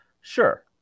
Sure